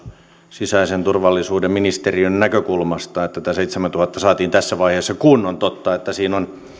sisäisen turvallisuuden ministeriön näkökulmasta että tämä seitsemääntuhanteen saatiin tässä vaiheessa kun on totta että